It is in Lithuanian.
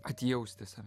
atjausti save